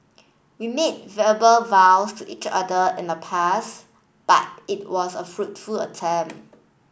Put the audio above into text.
we made verbal vows to each other in the past but it was a foot full attempt